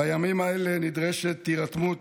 בימים האלה נדרשת הירתמות